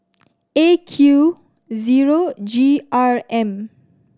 A Q zero G R M